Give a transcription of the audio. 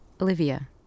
Olivia